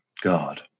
God